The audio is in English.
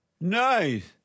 Nice